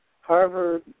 Harvard